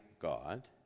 God